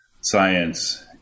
science